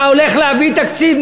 אתה הולך להביא תקציב,